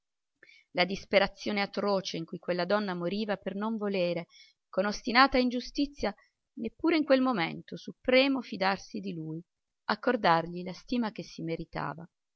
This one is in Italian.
la disperazione atroce in cui quella donna moriva per non volere con ostinata ingiustizia neppure in quel momento supremo fidarsi di lui accordargli la stima che si meritava